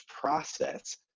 process